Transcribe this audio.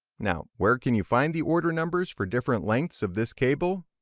now where can you find the order numbers for different length of this cable?